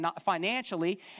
financially